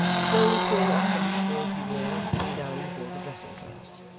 slowly pulling off the loose robe he wore, and sitting down before the dressing-glass.